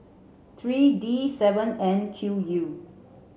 three D seven N Q U